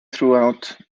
throughout